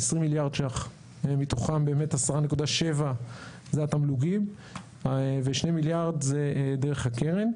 20 מיליארד שקלים מתוכם באמת 10.7 זה התמלוגים ו-2 מיליארד זה דרך הקרן.